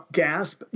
gasp